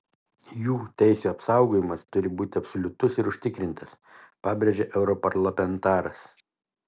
jų teisių apsaugojimas turi būti absoliutus ir užtikrintas pabrėžė europarlamentaras